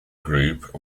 group